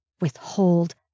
Withhold